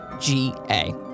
G-A